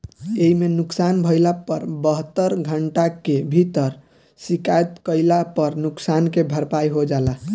एइमे नुकसान भइला पर बहत्तर घंटा के भीतर शिकायत कईला पर नुकसान के भरपाई हो जाला